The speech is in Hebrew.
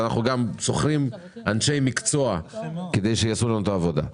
ואנחנו גם שוכרים אנשי מקצוע שיעשו לנו את העבודה.